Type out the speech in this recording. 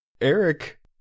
Eric